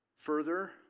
Further